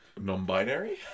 Non-binary